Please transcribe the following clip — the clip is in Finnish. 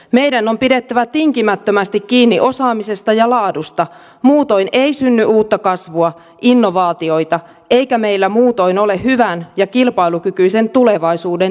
meidän on pidettävä tinkimättömästi kiinni osaamisesta ja laadusta muutoin ei synny uutta kasvua innovaatioita eikä meillä muutoin ole hyvän ja kilpailukykyisen tulevaisuuden tekijöitä